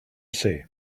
say